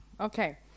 okay